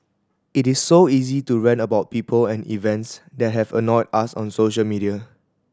it is so easy to rant about people and events that have annoyed us on social media